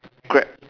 grab